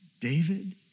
David